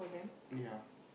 ya